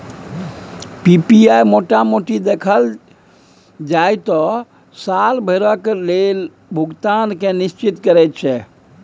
PPI मोटा मोटी देखल जाइ त साल भरिक लेल भुगतान केँ निश्चिंत करैत छै